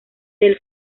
del